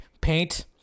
Paint